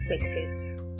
places